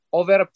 over